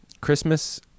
Christmas